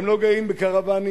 הם לא גרים בקרוונים,